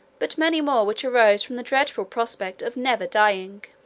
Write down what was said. but many more which arose from the dreadful prospect of never dying.